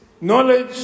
knowledge